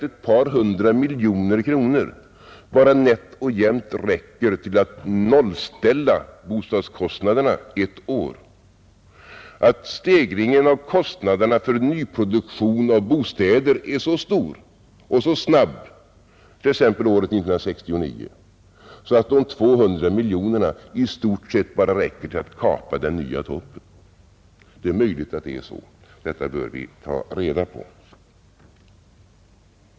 Ett par hundra miljoner kronor räcker kanske bara nätt och jämnt till att nollställa bostadskostnaderna ett år. Förklaringen kan vara att stegringen av kostnaderna för nyproduktion av bostäder är så stor och så snabb — t.ex. år 1969 — att de tvåhundra miljonerna i stort sett bara räcker till att kapa den nya toppen. Det är möjligt att det är så, och det bör vi ta reda på.